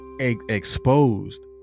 exposed